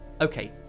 Okay